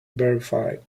verified